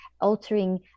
altering